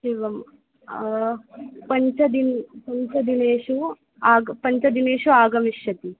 एवं पञ्चदिनेषु पञ्चदिनेषु आग् पञ्चदिनेषु आगमिष्यति